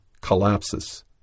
collapses